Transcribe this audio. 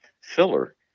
filler